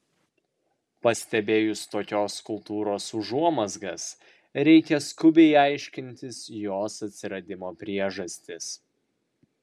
pastebėjus tokios kultūros užuomazgas reikia skubiai aiškintis jos atsiradimo priežastis